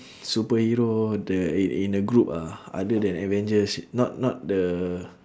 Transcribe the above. superhero the in in a group ah other than avengers not not the